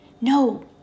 No